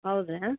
ಹೌದ್ರಾ